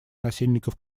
насильников